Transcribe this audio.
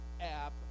app